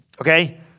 Okay